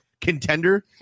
contender